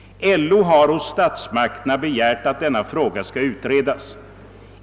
LO har hos statsmakterna begärt att denna fråga skall utredas.